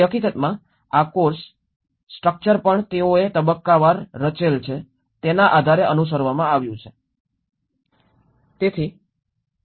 તેથી હકીકતમાં આ કોર્સ સ્ટ્રક્ચર પણ તેઓએ તબક્કાવાર રચાયેલ છે તેના આધારે અનુસરવામાં આવ્યું છે